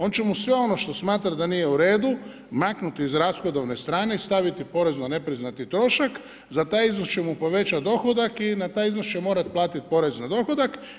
On će mu sve ono što smatra da nije u redu maknuti iz rashodovne strane i staviti u porezno nepriznati trošak, za taj iznos će mu povećati dohodak i na taj iznos će morati platiti porez na dohodak.